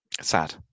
Sad